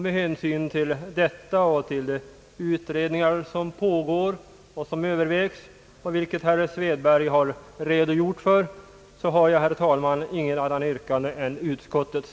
Med hänsyn till detta och de utredningar som pågår och som övervägs — vilket herr Svedberg redogjort för — har jag, herr talman, intet annat yrkande än utskottets.